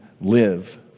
live